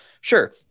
sure